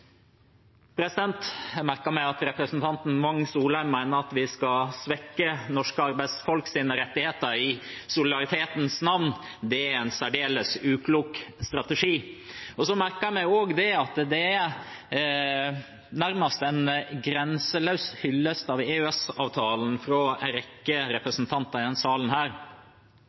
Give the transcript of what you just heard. at vi skal svekke norske arbeidsfolks rettigheter, i solidaritetens navn. Det er en særdeles uklok strategi. Jeg merket meg også at det nærmest er en grenseløs hyllest av EØS-avtalen fra en rekke representanter i denne salen.